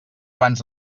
abans